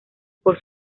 por